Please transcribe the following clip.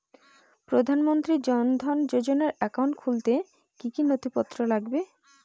প্রধানমন্ত্রী জন ধন যোজনার একাউন্ট খুলতে কি কি নথিপত্র লাগবে?